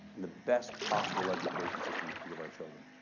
the best possible education system we can give our children.